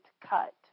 cut